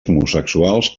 homosexuals